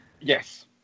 Yes